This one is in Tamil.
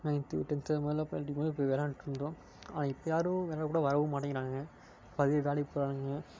நையன்த்து டென்த்து அது மாதிரிலாம் படிக்கும் போது போய் விளையாண்ட்டு இருந்தோம் ஆனால் இப்போ யாரும் விள்ளாடக்கூட வரவும் மாட்டேங்கிறானுங்க பாதி பேர் வேலைக்கு போகிறானுங்க